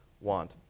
want